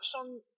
on